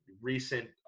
recent